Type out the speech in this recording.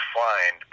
find